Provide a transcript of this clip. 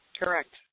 Correct